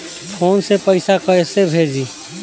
Phone से पैसा कैसे भेजी?